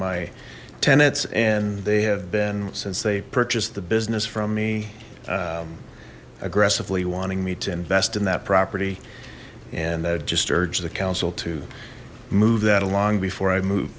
my tenants and they have been since they purchased the business from me aggressively wanting me to invest in that property and that just urged the council to move that along before i move